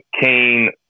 Kane